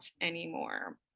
anymore